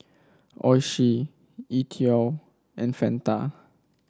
Oishi E TWOW and Fanta